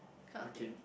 okay